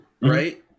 right